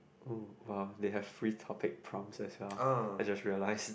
oh !wow! they have three topic prompts as well I just realised